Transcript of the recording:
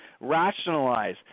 rationalize